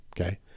okay